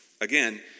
Again